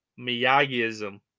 Miyagiism